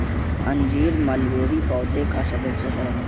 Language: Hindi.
अंजीर मलबेरी पौधे का सदस्य है